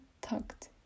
tucked